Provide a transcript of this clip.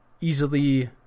easily